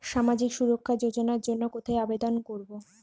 সামাজিক সুরক্ষা যোজনার জন্য কোথায় আবেদন করব?